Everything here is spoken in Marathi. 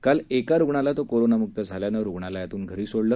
काल एका रुग्णाला तो कोरोनामुक्त झाल्यानं रुग्णालयातून घरी सोडलं